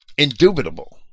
indubitable